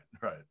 Right